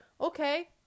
okay